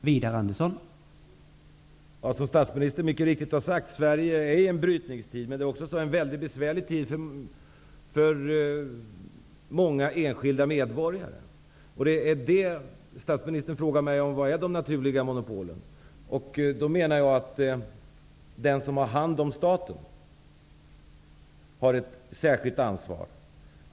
Herr talman! Som statsministern mycket riktigt har sagt är Sverige i en brytningstid, men det är också en mycket besvärlig tid för många enskilda medborgare. Statsministern frågar mig vilka de naturliga monopolen är. Jag menar att den som har hand om staten har ett särskilt ansvar.